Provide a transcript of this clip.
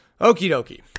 okie-dokie